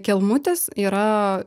kelmutis yra